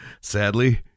sadly